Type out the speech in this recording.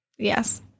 yes